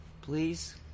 Please